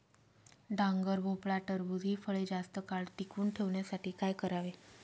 डांगर, भोपळा, टरबूज हि फळे जास्त काळ टिकवून ठेवण्यासाठी काय करावे?